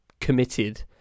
committed